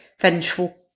vengeful